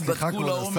ייבדקו לעומק,